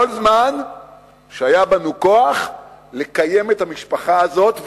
כל זמן שהיה בנו כוח לקיים את המשפחה הזאת,